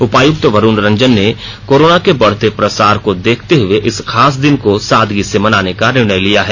उपायुक्त वरुण रंजन कोरोना के बढ़ते प्रसार को देखते हये इस खास दिन को सादगी से मनाने का निर्णय लिया है